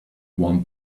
want